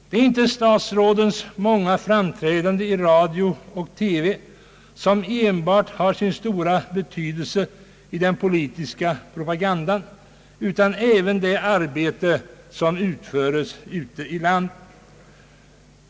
Det är inte enbart statsrådens många framträdanden i radio och TV som har sin stora betydelse i den politiska propagandan utan även det arbete som utföres ute i landet.